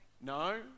No